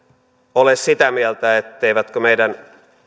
ole sitä mieltä etteivätkö meidän